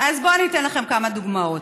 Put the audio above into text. אז בואו אתן לכם כמה דוגמאות.